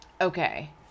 okay